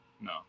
No